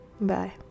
Bye